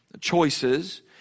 Choices